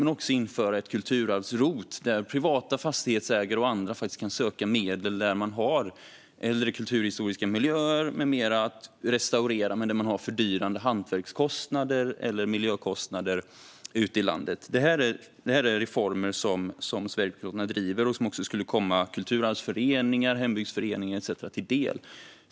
Men vi har också ett förslag om att inrätta ett kulturarvs-ROT så att privata fastighetsägare och andra ute i landet kan söka medel för att restaurera kulturhistoriska miljöer om man har fördyrande hantverks eller miljökostnader. Det här är reformer som Sverigedemokraterna driver och som skulle komma kulturarvsföreningar, hembygdsföreningar etcetera till del.